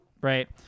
Right